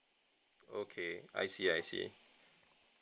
okay I see I see